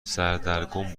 سردرگم